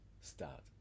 start